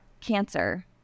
cancer